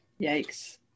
yikes